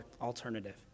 alternative